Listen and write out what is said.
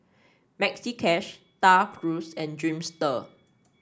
Maxi Cash Star Cruise and Dreamster